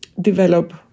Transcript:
develop